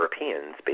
Europeans